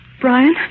Brian